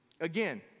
Again